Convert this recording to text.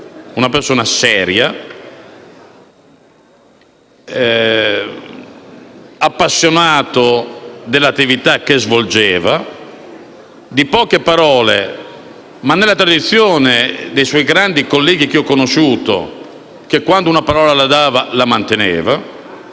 una persona seria, appassionata dell'attività che svolgeva e di poche parole ma, come nella tradizione dei suoi grandi colleghi che ho conosciuto, quando una parola la dava, la manteneva.